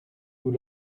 vous